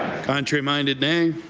contrary-minded, nay?